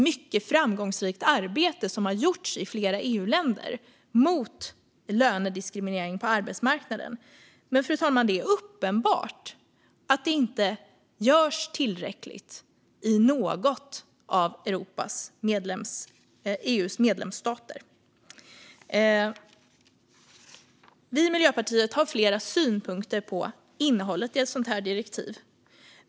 Mycket framgångsrikt arbete har gjorts i flera EU-länder mot lönediskriminering på arbetsmarknaden, men det är uppenbart, fru talman, att det inte görs tillräckligt i någon av EU:s medlemsstater. Vi i Miljöpartiet har flera synpunkter på innehållet i ett sådant här direktiv.